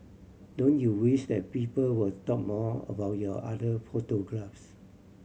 don't you wish that people would talk more about your other photographs